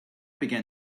began